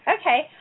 okay